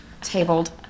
Tabled